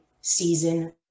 season